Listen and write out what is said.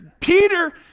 Peter